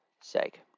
sake